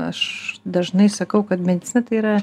aš dažnai sakau kad mintyse yra